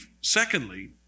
secondly